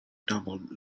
doubled